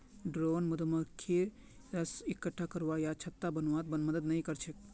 drone मधुमक्खी रस इक्कठा करवा या छत्ता बनव्वात मदद नइ कर छेक